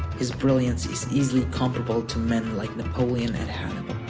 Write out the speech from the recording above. his brilliance is easily comparable to men like napoleon and hannibal.